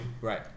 Right